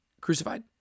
crucified